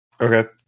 Okay